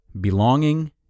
belonging